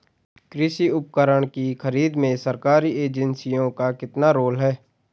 कृषि उपकरण की खरीद में सरकारी एजेंसियों का कितना रोल है?